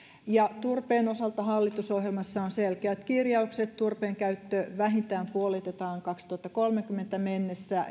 ja turpeen osalta hallitusohjelmassa on selkeät kirjaukset turpeen käyttö vähintään puolitetaan kaksituhattakolmekymmentä mennessä